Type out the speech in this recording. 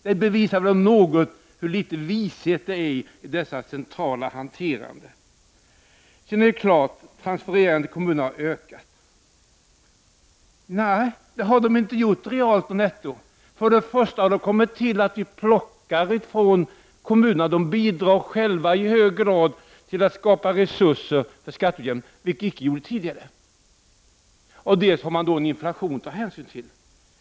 Det bevisar väl om något hur litet vishet det finns i detta centrala hanterande. Det sägs att transfereringarna till kommunerna har ökat. Nej, det har de inte gjort realt och netto. Vad som först och främst tillkommit är att vi plockar medel från kommunerna. De bidrar själva i hög grad till att skapa resurser för skatteutjämningen, vilket de inte gjorde tidigare. Sedan har man en inflation att ta hänsyn till.